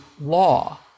law